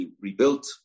rebuilt